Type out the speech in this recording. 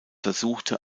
versuchte